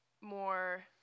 more